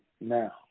now